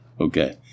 Okay